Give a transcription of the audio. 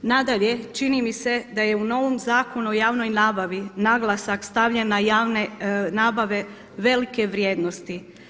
Nadalje, čini mi se da je u novom Zakonu o javnoj nabavi naglasak stavljen na javne nabave velike vrijednosti.